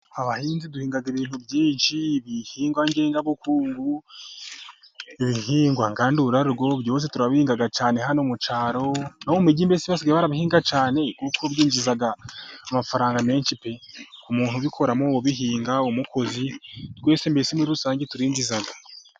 Abahinzi duhinga ibintu byinshi, ibihingwa ngengabukungu, ibihingwa ngandurarugo hano turabihinga cyane kuko byinjiza amafaranga menshi pe. ku muntu ubikoramo, umukozi, twese mbese muri rusange turinjiza.